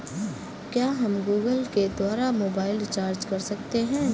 क्या हम Google Pay द्वारा मोबाइल रिचार्ज कर सकते हैं?